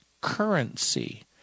currency